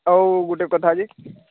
ଆଉ ଗୋଟେ କଥା ଅଛି